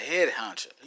headhunter